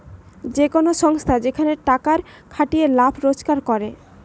যে কোন সংস্থা যেখানে টাকার খাটিয়ে লাভ রোজগার করে